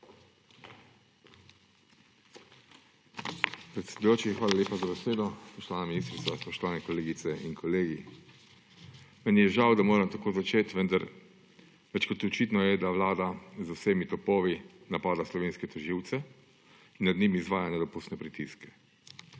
Predsedujoči, hvala lepa za besedo. Spoštovana ministrica, spoštovane kolegice in kolegi! Meni je žal, da moram tako začeti, vendar več kot očitno je, da Vlada z vsemi topovi napada slovenske tožilce, nad njimi izvaja nedopustne pritiske.